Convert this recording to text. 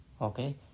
Okay